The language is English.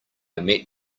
met